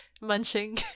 munching